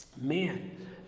man